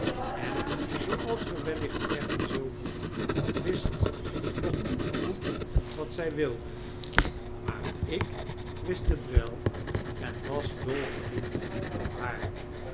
en zooals ge wellicht zeggen zult wist nog niet goed wat zij wilde maar ik wist t wel en was dol verliefd op haar